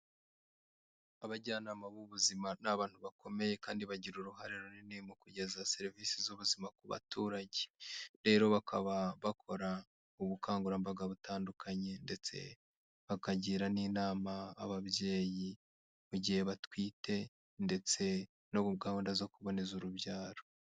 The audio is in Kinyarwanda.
Abajyanama b'ubuzima ni abantu bakomeye kandi bagira uruhare runini mu kugeza serivisi z'ubuzima ku baturage. Rero bakaba bakora ubukangurambaga butandukanye ndetse bakagira n'inama ababyeyi mu gihe batwite ndetse no mu gahunda zo kuboneza urubyaro.